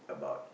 about